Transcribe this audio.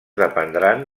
dependran